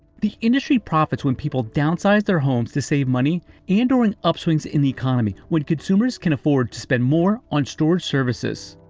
the industry profits when people downsize their homes to save money and or during and upswings in the economy, when consumers can afford to spend more on storage services.